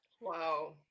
Wow